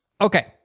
Okay